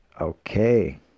Okay